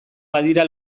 badira